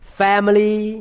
family